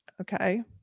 okay